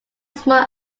small